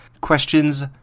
questions